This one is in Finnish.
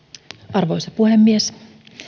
arvoisa puhemies